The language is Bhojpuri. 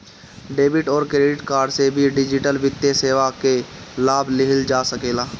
डेबिट अउरी क्रेडिट कार्ड से भी डिजिटल वित्तीय सेवा कअ लाभ लिहल जा सकेला